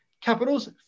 capitals